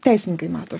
teisininkai mato